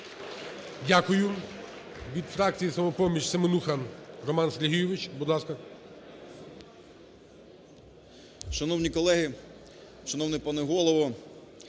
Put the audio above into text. Дякую. Від фракції "Самопоміч"Семенуха Роман Сергійович, будь ласка.